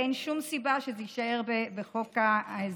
ואין שום סיבה שזה יישאר בחוק ההסדרים.